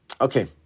Okay